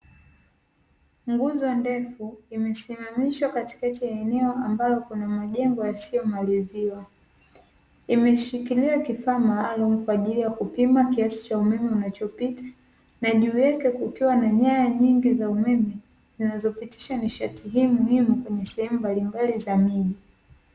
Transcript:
Nguzo ndefu imesimamishwa katikati ya eneo ambalo kuna majengo yasiyomaliziwa. Imeshikilia kifaa maalumu kwa ajili ya kupima kiasi cha umeme kinachopita na juu yake kukiwa na nyaya nyingi za umeme zinazopitisha nishati hii muhimu kwenye sehemu mbalimbali za miji.